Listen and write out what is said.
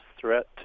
threat